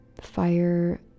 fire